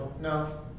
No